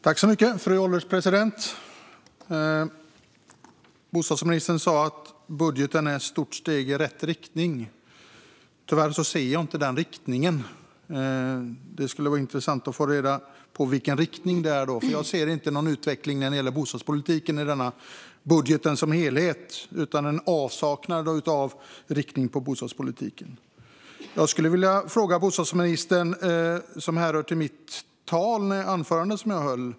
Fru ålderspresident! Bostadsministern sa att budgeten är ett stort steg i rätt riktning. Jag ser tyvärr inte den riktningen. Det skulle vara intressant att få reda på vilken riktning det är. I denna budget som helhet ser jag nämligen inte någon utveckling för bostadspolitiken. Det finns en avsaknad av riktning när det gäller bostadspolitiken. Jag skulle vilja fråga bostadsministern om något som anknyter till mitt anförande.